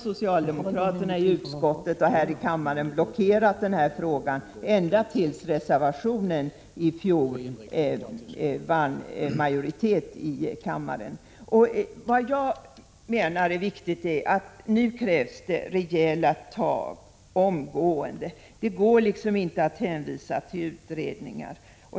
Socialdemokraterna har i utskottet och här i kammaren blockerat den här frågan ända till dess en reservation vann majoritet i kammaren i fjol. Nu krävs det rejäla tag omgående. Det går inte att hänvisa till utredningar.